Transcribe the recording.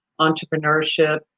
entrepreneurship